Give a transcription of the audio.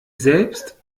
selbst